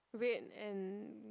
red and